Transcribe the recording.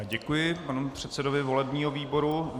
Děkuji panu předsedovi volebního výboru.